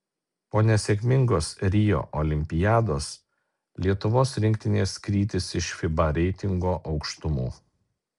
po nesėkmingos rio olimpiados lietuvos rinktinės krytis iš fiba reitingo aukštumų